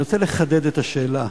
אני רוצה לחדד את השאלה: